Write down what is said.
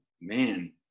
man